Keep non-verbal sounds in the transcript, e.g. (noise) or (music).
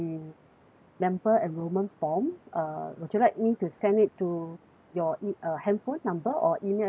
member enrolment form uh (noise) would you like me to send it to your e~ uh handphone number or email address